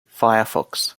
firefox